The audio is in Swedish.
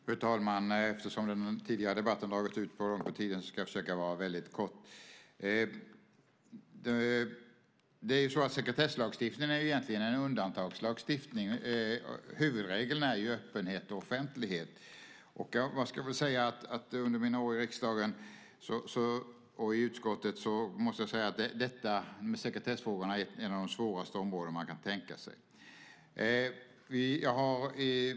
Fru talman! Eftersom den tidigare debatten dragit ut på tiden ska jag försöka vara väldigt kortfattad. Sekretesslagstiftningen är egentligen en undantagslagstiftning. Huvudregeln är öppenhet och offentlighet. Under mina år i riksdagen och i utskottet måste jag säga att sekretessfrågorna visat sig vara ett av de svåraste områden man kan tänka sig.